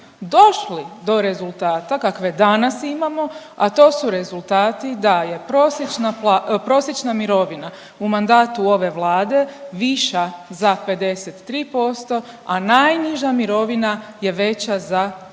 došli do rezultata kakve danas imamo, a to su rezultati da je prosječna pla… prosječna mirovina u mandatu ove Vlade viša za 53%, a najniža mirovina je veća za 67%.